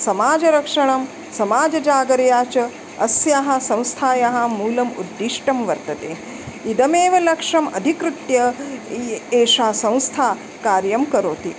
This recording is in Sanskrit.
समाजरक्षणं समाजजागर्या च अस्याः संस्थायाः मूलम् उद्दिष्टं वर्तते इदमेव लक्ष्यम् अधिकृत्य एषा संस्था कार्यं करोति